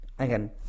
Again